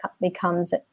becomes